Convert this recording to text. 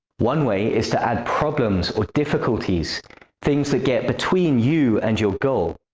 one way is to add problems or difficulties things that get between you and your goal.